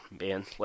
man